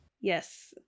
yes